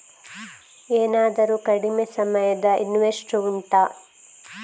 ಏನಾದರೂ ಕಡಿಮೆ ಸಮಯದ ಇನ್ವೆಸ್ಟ್ ಉಂಟಾ